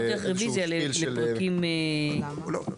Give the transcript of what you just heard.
הוא אמר שהוא פותח רביזיה לפרקים --- הוא לא פותח,